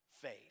faith